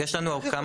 אז יש לנו כמה,